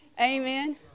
Amen